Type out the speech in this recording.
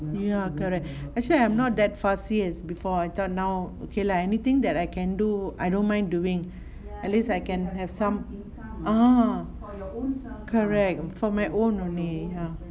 ya correct actually I'm not that fussy as before now okay I anything that I can do I don't mind doing at least I can have some ah correct for my own only ya